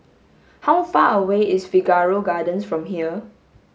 how far away is Figaro Gardens from here